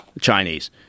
Chinese